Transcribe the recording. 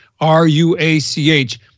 R-U-A-C-H